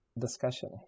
discussion